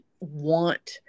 want